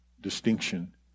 distinction